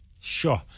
Sure